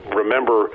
remember